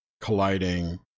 colliding